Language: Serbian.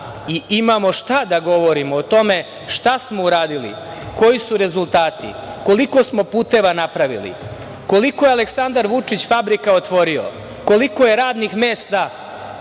i imamo šta da govorimo o tome šta smo uradili, koji su rezultati, koliko smo puteva napravili, koliko je Aleksandar Vučić fabrika otvorio, koliko je radnih mesta